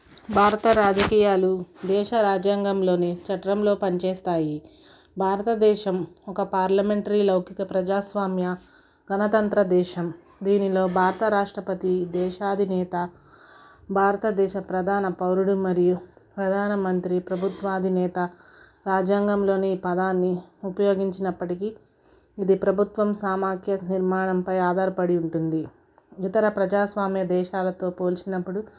భారత రాజకీయాలు దేశ రాజ్యాంగంలోని చట్రంలో పనిచేస్తాయి భారతదేశం ఒక పార్లమెంటరీ లౌకిక ప్రజాస్వామ్య గణతంత్ర దేశం దీనిలో భారత రాష్ట్రపతి దేశాధినేత భారతదేశ ప్రధాన పౌరుడు మరియు ప్రధానమంత్రి ప్రభుత్వ అధినేత రాజ్యాంగంలోని పదాన్ని ఉపయోగించినప్పటికి ఇది ప్రభుత్వం సమఖ్య నిర్మాణంపై ఆధారపడి ఉంటుంది ఇతర ప్రజాస్వామ్య దేశాలతో పోల్చినప్పుడు